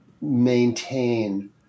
maintain